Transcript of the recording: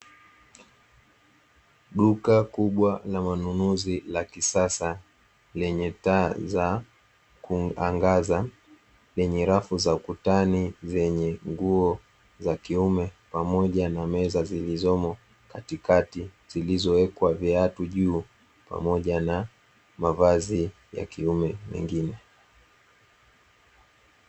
Duka kubwa la manunuzi la kisasa; lenye taa za kuangaza, lenye rafu za ukutani, lenye nguo za kiume pamoja na meza zilizomo katikati, zilizowekwa viatu juu pamoja na mavazi ya kiume mengine.